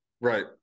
Right